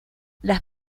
las